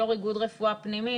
הוא יושב ראש איגוד רפואה פנימית,